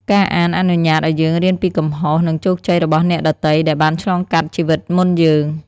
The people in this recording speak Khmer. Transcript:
ការអានអនុញ្ញាតឱ្យយើង រៀនពីកំហុស និងជោគជ័យរបស់អ្នកដទៃ ដែលបានឆ្លងកាត់ជីវិតមុនយើង។